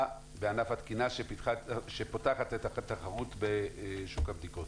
בענף התקינה שפותחת את התחרות בשוק הבדיקות.